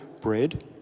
bread